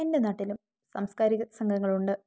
എൻ്റെ നാട്ടിലും സാംസ്കാരിക സംഘങ്ങൾ ഉണ്ട്